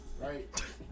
Right